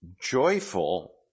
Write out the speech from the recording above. joyful